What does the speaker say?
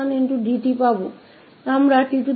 तो हमारे पास ns0e sttn 1dt है